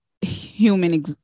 human